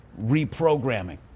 reprogramming